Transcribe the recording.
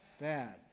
bad